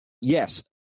yes